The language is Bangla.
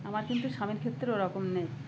আমার কিন্তু স্বামীর ক্ষেত্রে ওরকম নেই